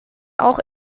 auch